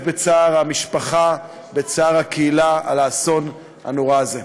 בצער המשפחה ובצער הקהילה על האסון הנורא הזה.